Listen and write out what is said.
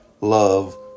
love